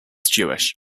jewish